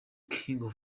kings